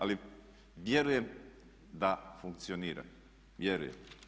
Ali vjerujem da funkcioniraju, vjerujem.